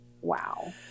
wow